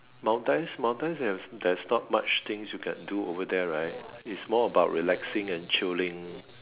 Maldives Maldives there's not much thing you can do over there right is more about relaxing and chilling